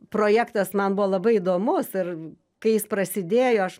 projektas man buvo labai įdomus ir kai jis prasidėjo aš